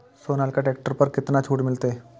Sonalika tractor पर केतना छूट मिलते?